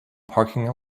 parking